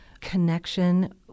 connection